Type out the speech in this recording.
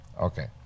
Okay